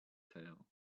tail